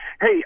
hey